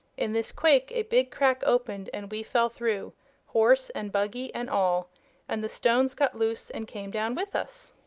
in this quake a big crack opened and we fell through horse and buggy, and all and the stones got loose and came down with us.